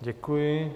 Děkuji.